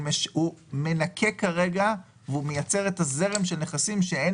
הוא מנכה כרגע ומייצר את הזרם של הנכסים שאין